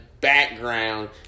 background